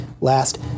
Last